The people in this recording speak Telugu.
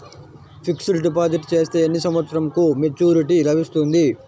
ఫిక్స్డ్ డిపాజిట్ చేస్తే ఎన్ని సంవత్సరంకు మెచూరిటీ లభిస్తుంది?